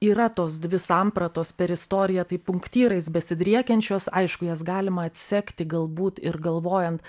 yra tos dvi sampratos per istoriją taip punktyrais besidriekiančios aišku jas galima atsekti galbūt ir galvojant